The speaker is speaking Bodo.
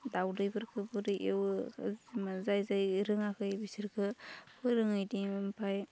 दावदैफोरखौ बोरै एवो जाय जाय रोङाखै बिसोरखौ फोरोङो बिदि ओमफाय